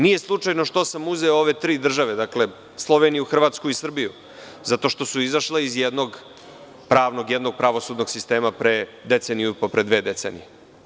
Nije slučajno što sam uzeo ove tri države, Sloveniju, Hrvatsku i Srbiju, zato što su izašle iz jednog pravnog, jednog pravosudnog sistema pre deceniju i po, pre dve decenije.